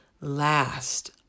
last